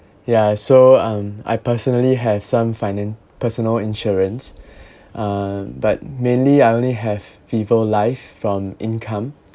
ya so um I personally have some finan~ personal insurance uh but mainly I only have viva life from income